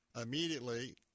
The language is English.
immediately